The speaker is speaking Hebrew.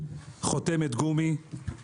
חותמת גומי,